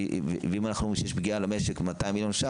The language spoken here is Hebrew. ואם אנחנו אומרים שיש פגיעה למשק 200 מיליון,